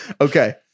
Okay